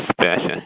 special